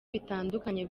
bitandukanye